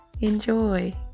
Enjoy